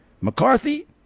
McCarthy